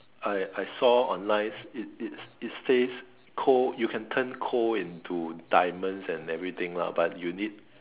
I I saw online it it it says coal you can turn coal into diamonds and everything lah but you need